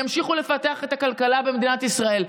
ימשיכו לפתח את הכלכלה במדינת ישראל.